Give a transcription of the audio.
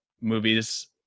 movies